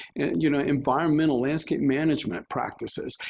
you know, environmental landscape management practices.